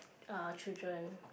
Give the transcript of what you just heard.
uh children